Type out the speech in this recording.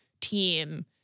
team